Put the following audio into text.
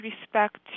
respect